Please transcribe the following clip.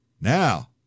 Now